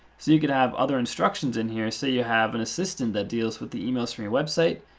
so you could have other instructions in here. say you have an assistant that deals with the emails from your website,